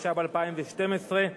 התשע"ב 2012,